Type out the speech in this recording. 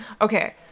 okay